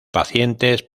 pacientes